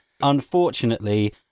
Unfortunately